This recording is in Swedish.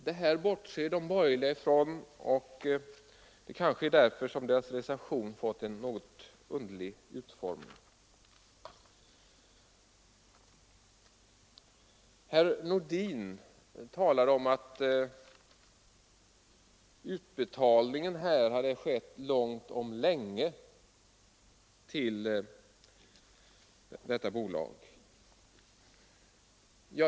Detta bortser de borgerliga från, och det kanske är därför som deras reservation fått en något underlig utformning. Herr Nordin talar om att utbetalningen hade skett långt om länge till detta bolag.